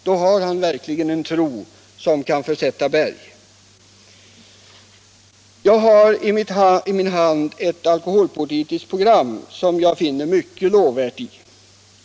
Då har han sannerligen en tro som kan försätta berg. I min hand har jag ett alkoholpolitiskt program, som jag finner mycket lovvärt i.